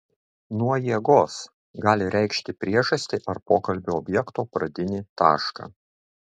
nuo jėgos gali reikšti priežastį ar pokalbio objekto pradinį tašką